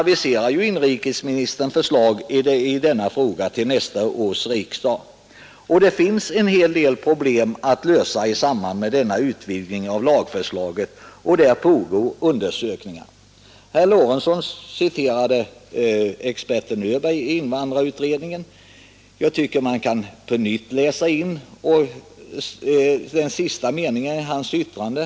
Men där har inrikesministern aviserat ett förslag i frågan till nästa års riksdag, och det finns en hel del problem som måste lösas i samband med en sådan utvidgning av lagförslaget. Utredningar pågår också om den saken. Herr Lorentzon citerade experten Öberg i invandrarutredningen, och då tycker jag att jag på nytt kan läsa in den sista meningen i herr Öbergs yttrande.